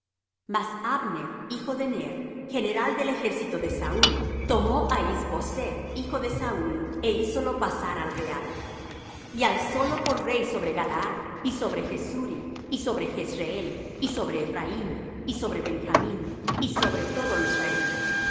mas abner hijo de ner general de ejército de saúl tomó á is boseth hijo de saúl é hízolo pasar al real y alzólo por rey sobre galaad y sobre gessuri y sobre jezreel y sobre ephraim y sobre benjamín y sobre todo israel